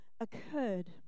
occurred